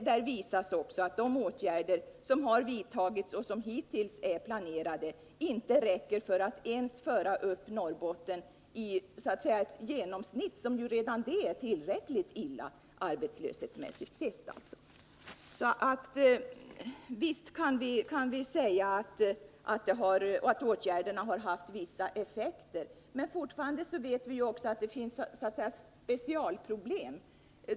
Där visas också att de åtgärder som har vidtagits och som hittills är planerade inte räcker ens för att föra upp Norrbotten på en genomsnittsnivå — som redan den är tillräckligt dålig, arbetslöshetsmässigt sett. Visst kan vi säga att åtgärderna har haft vissa effekter, men fortfarande vet vi också att det finns speciella problem.